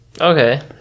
okay